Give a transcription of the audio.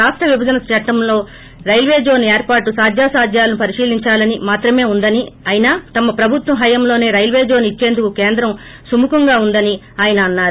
రాష్ల విభజన చట్లంలో రైల్వే జోన్ ఏర్పాటు సాధ్యసాధ్యాలను పరిశీలిందాలని మాత్రమే ఉందని అయినా తమ్ ప్రభుత్వ హయాంలోసే రైల్వే జోన్ ఇచ్చేందుకు కేంద్రం సుముఖంగా ఉందని ఆయన అన్నారు